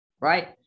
right